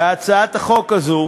בהצעת החוק הזאת